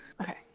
Okay